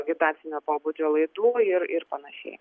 agitacinio pobūdžio laidų ir ir panašiai